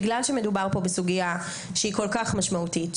בגלל שמדובר פה בסוגיה שהיא כל כך משמעותית,